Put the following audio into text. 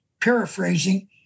paraphrasing